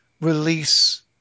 release